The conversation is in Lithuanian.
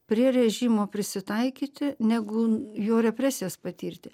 prie režimo prisitaikyti negu jo represijas patirti